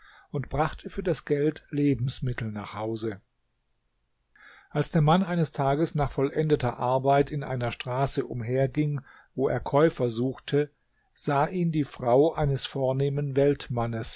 und brachte für das geld lebensmittel nach hause als der mann eines tages nach vollendeter arbeit in einer straße umherging wo er käufer suchte sah ihn die frau eines vornehmen